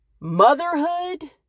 motherhood